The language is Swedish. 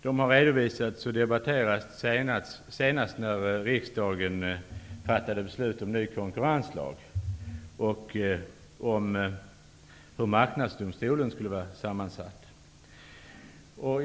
De har redovisats senast när riksdagen fattade beslut om en ny konkurrenslag och Marknadsdomstolens sammansättning.